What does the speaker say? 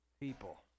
people